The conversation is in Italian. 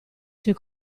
suoi